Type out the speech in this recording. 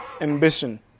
ambition